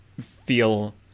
feel